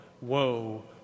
woe